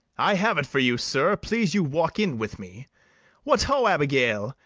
i have it for you, sir please you walk in with me what, ho, abigail!